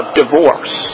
divorce